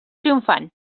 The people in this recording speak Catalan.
triomfant